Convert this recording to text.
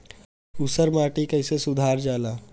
ऊसर माटी कईसे सुधार जाला?